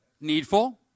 needful